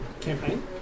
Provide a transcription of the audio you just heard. campaign